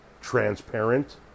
transparent